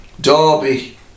Derby